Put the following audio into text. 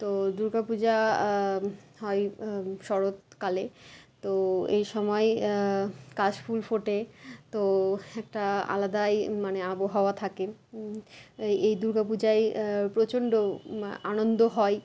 তো দুর্গা পূজা হয় শরৎকালে তো এই সময় কাশফুল ফোটে তো একটা আলাদাই মানে আবহাওয়া থাকে এই দুর্গা পূজায় প্রচণ্ড আনন্দ হয়